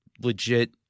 legit